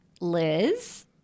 Liz